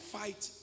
fight